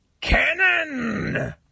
Cannon